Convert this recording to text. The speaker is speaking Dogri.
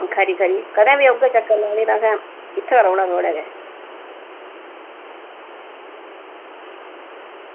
खरी खरी कदें बी औगे चक्कर लाने गी ते असें इत्थें रौह्ना थुआढ़े गै